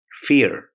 fear